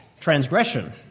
transgression